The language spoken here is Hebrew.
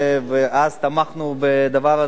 ואז תמכנו בדבר הזה,